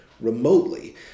remotely